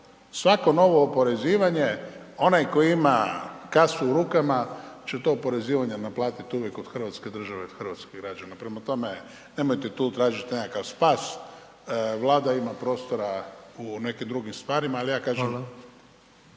svako novo oporezivanje, onaj koji ima kasu u rukama će to oporezivanje naplatit uvijek od hrvatske države i od hrvatskih građana. Prema tome nemojte tu tražiti nekakav spas, Vlada ima prostora u nekim drugim stvarima, ali ja kažem…